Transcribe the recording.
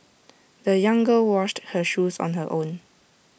the young girl washed her shoes on her own